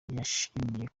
yashimiye